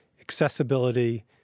Accessibility